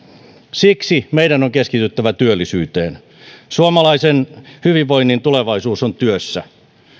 siksi meidän on keskityttävä työllisyyteen suomalaisen hyvinvoinnin tulevaisuus on työssä